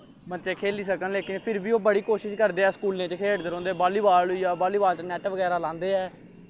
बच्चे खेल्ली सकन पर लेकिन फिर बी ओह् बड़ी कोशिश करदे न स्कूलें च खेलदे रौंह्दे न बॉली बॉल होई गेआ बॉली बॉल च नैट बगैरा लांदे ऐ ते